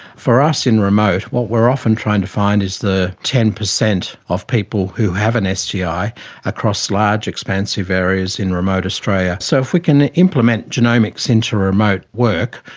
for us in remote, what we are often trying to find is the ten percent of people who have an sti across large expansive areas in remote australia. so if we can implement genomics into remote work,